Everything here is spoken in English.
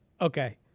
Okay